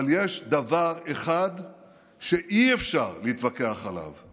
אבל יש דבר אחד שאי-אפשר להתווכח עליו,